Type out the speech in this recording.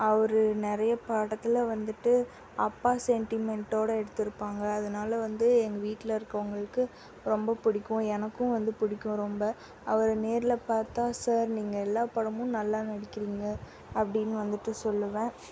அவர் நிறையா படத்தில் வந்துட்டு அப்பா சென்டிமென்ட்டோடு எடுத்திருப்பாங்க அதனால் வந்து எங்கள் வீட்டில் இருக்கிறவங்களுக்கு ரொம்ப பிடிக்கும் எனக்கும் வந்து பிடிக்கும் ரொம்ப அவரை நேரில் பார்த்தா சார் நீங்கள் எல்லா படமும் நல்லா நடிக்கிறீங்க அப்படின்னு வந்துட்டு சொல்லுவேன்